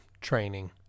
training